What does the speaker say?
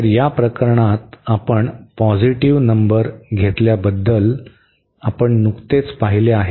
तर या प्रकरणात आपण पॉझिटिव्ह नंबर घेतल्याबद्दल आपण नुकतेच पाहिले आहे